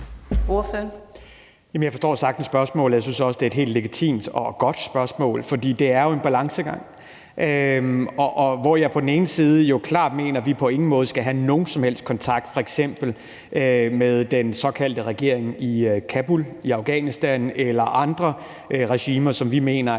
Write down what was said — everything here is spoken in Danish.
(V): Jeg forstår sagtens spørgsmålet. Jeg synes også, det er et helt legitimt og godt spørgsmål, for det er jo en balancegang, hvor jeg på den ene side klart mener, at vi på ingen måde skal have nogen som helst kontakt f.eks. med den såkaldte regering i Kabul i Afghanistan eller andre regimer, som vi mener